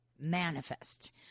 manifest